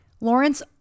Lawrence